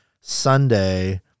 sunday